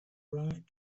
right